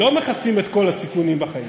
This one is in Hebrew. לא מכסים את כל הסיכונים בחיים.